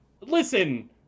Listen